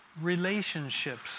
relationships